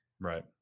Right